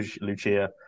Lucia